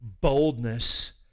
boldness